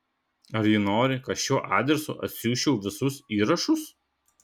ar ji nori kad šiuo adresu atsiųsčiau visus įrašus